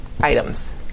items